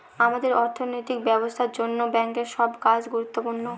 আমাদের অর্থনৈতিক ব্যবস্থার জন্য ব্যাঙ্কের সব কাজ গুরুত্বপূর্ণ